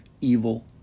evil